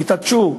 תתעשתו,